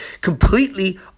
completely